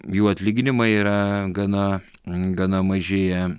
jų atlyginimai yra gana gana maži jie